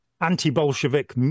anti-Bolshevik